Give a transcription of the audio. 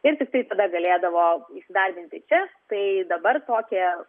ir tiktai tada galėdavo įsidarbinti čia tai dabar tokie